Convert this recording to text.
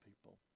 people